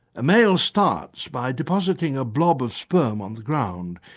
a male starts by depositing a blob of sperm on the ground.